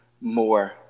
more